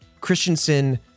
Christensen